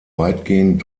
weitgehend